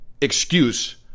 excuse